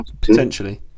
potentially